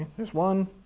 here's one.